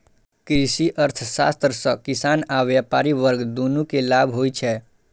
कृषि अर्थशास्त्र सं किसान आ व्यापारी वर्ग, दुनू कें लाभ होइ छै